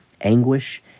Anguish